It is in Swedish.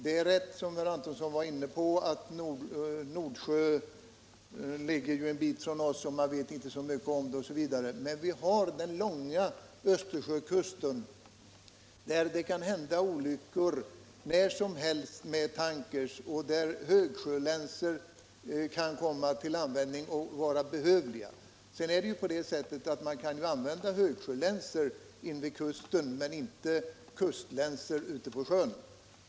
Det är rätt, som herr Antonsson nämnde, att Nordsjön ligger en bit från oss, och att man inte vet så mycket om länsornas egenskaper osv. Men längs den svenska Östersjökusten kan olyckor med tankers när som helst inträffa, och då kan högsjölänsor vara behövliga och komma till användning. Högsjölänsor kan vidare användas invid kusten medan däremot kustlänsor inte kan användas ute på sjön.